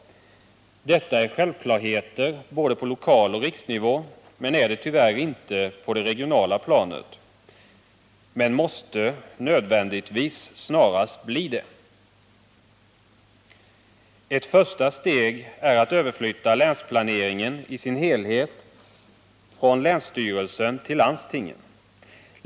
Detta är självklarheter på både lokaloch riksnivå, men är det tyvärr inte på det regionala planet och måste därför nödvändigtvis snarast bli det. Ett första steg är att överflytta länsplaneringen i dess helhet från länsstyrelsen till landstingen.